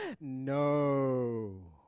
No